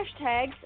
hashtags